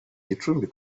gicumbi